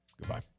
Goodbye